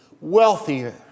wealthier